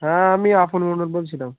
হ্যাঁ আমি আপন মোদক বলছিলাম